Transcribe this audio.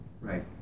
Right